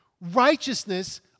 Righteousness